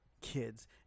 kids